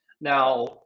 Now